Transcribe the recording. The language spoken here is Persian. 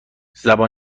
زبان